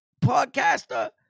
podcaster